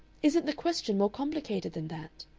isn't the question more complicated than that?